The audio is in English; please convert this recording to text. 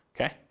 okay